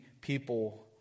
people